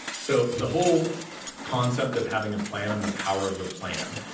so, the whole concept of having a plan and the power of the plan.